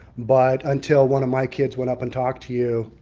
but until one of my kids went up and talked to you.